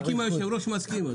רק אם היושב-ראש מסכים.